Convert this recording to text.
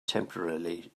temporarily